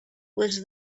was